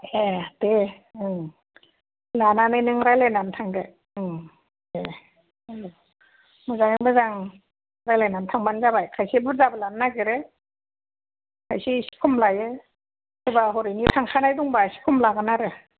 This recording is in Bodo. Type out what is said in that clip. ए दे लानानै नों रालायनानै थांदो दे मोजाङै मोजां रायलायनानै थांबानो जाबाय खायसे बुरजाबो लानो नागिरो खायसे इसे खम लायो सोरबा हरैनि थांखांनाय दंबा इसे खम लागोन आरो